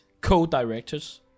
co-directors